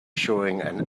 showing